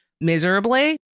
miserably